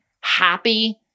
happy